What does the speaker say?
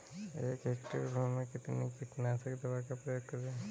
एक हेक्टेयर भूमि में कितनी कीटनाशक दवा का प्रयोग करें?